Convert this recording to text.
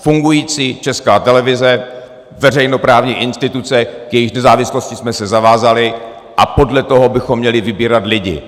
Fungující Česká televize, veřejnoprávní instituce, k jejíž nezávislosti jsme se zavázali, a podle toho bychom měli vybírat lidi.